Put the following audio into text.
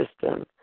system